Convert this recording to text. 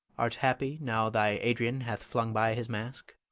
art happy now thy adrian hath flung by his mask?